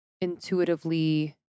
intuitively